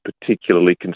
particularly